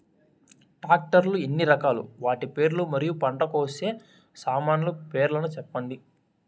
Tractor లు ఎన్ని రకాలు? వాటి పేర్లు మరియు పంట కోసే సామాన్లు పేర్లను సెప్పండి?